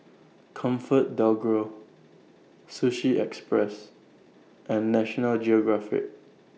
ComfortDelGro Sushi Express and National Geographic